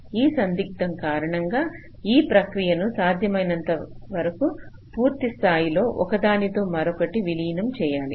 ఈ సందిగ్ధం కారణంగా ఈ ప్రక్రియను సాధ్యమైనంతవరకు పూర్తి స్థాయిలో ఒకదాని తో మరొకటి విలీనం చేయాలి